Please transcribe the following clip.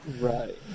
Right